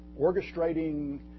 orchestrating